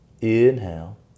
Inhale